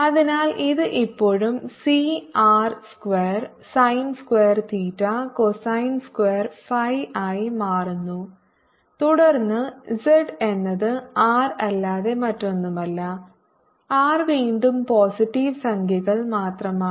അതിനാൽ ഇത് ഇപ്പോഴും C R square sine square theta cosine square phi ആയി മാറുന്നു തുടർന്ന് z എന്നത് ആർ അല്ലാതെ മറ്റൊന്നുമല്ല ആർ വീണ്ടും പോസിറ്റീവ് സംഖ്യകൾ മാത്രമാണ്